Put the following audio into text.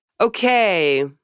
Okay